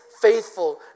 faithful